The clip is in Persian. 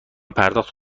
پرداخت